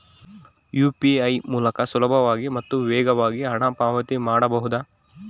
UPI ಮೂಲಕ ಸುಲಭವಾಗಿ ಮತ್ತು ವೇಗವಾಗಿ ಹಣ ಪಾವತಿ ಮಾಡಬಹುದಾ?